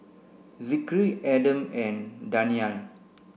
Zikri Adam and Danial